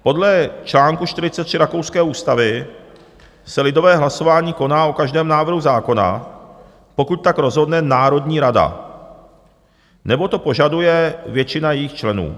Podle čl. 43 rakouské ústavy se lidové hlasování koná o každém návrhu zákona, pokud tak rozhodne Národní rada nebo to požaduje většina jejích členů.